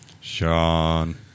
Sean